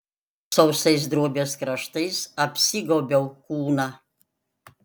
sausais drobės kraštais apsigaubiau kūną